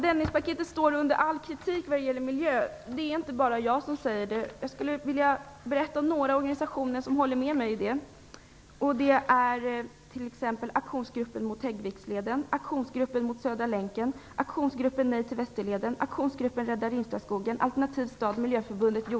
Det är inte bara jag som säger att Dennispaketet står under all kritik när det gäller miljö.